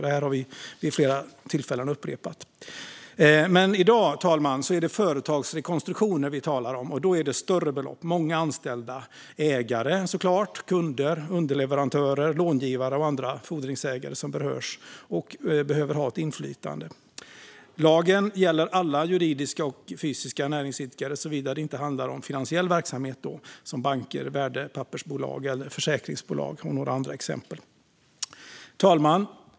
Detta har vi upprepat vid flera tillfällen. Men i dag, fru talman, är det företagsrekonstruktioner vi talar om, och då är det större belopp och många anställda, ägare såklart, kunder, underleverantörer, långivare och andra fordringsägare som berörs och behöver ha ett inflytande. Lagen gäller alla juridiska och fysiska näringsidkare, såvida det inte handlar om finansiella verksamheter som banker, värdepappersbolag, försäkringsbolag och några andra exempel. Fru talman!